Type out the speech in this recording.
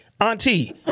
Auntie